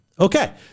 Okay